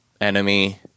enemy